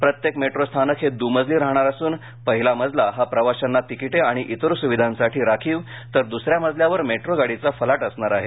प्रत्येक मेट्रो स्थानक हे दुमजली राहणार असून पहिला मजला हा प्रवाशांना तिकिटे आणि इतर सुविधासाठी राखीव तर दुस या मजल्यावर मेट्रो गाडीचा फलाट असणार आहे